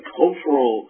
cultural